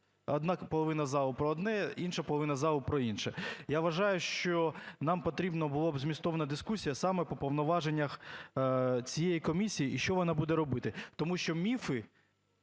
Одна половина залу – про одне, інша половина залу – про інше. Я вважаю, що нам потрібна була б змістовна дискусія саме по повноваженнях цієї комісії, і що вона буде робити. Тому що міфи